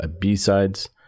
b-sides